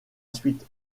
suite